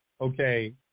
okay